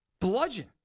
bludgeon